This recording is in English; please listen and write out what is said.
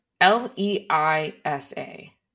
L-E-I-S-A